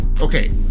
okay